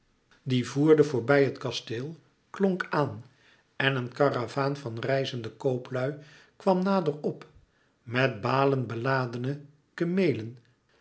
die voerde voorbij het kasteel klonk aan en een karavaan van reizende kooplui kwam nader op met balen beladene kemelen